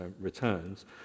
returns